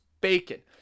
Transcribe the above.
bacon